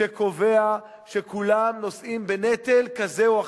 שקובע שכולם נושאים בנטל כזה או אחר.